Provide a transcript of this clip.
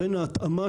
לכן ההתאמה